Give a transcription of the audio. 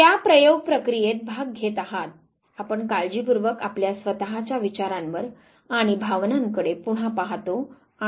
त्या प्रयोग प्रक्रियेत भाग घेत आहात आपण काळजीपूर्वक आपल्या स्वतःच्या विचारांवर आणि भावनांकडे पुन्हा पहातो आणि त्याचा अहवाल बनवतो